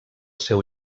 seu